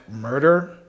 murder